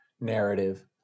narrative